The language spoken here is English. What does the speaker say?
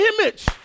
image